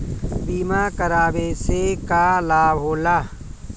बीमा करावे से का लाभ होला?